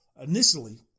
initially